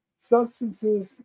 substances